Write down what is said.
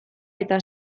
eta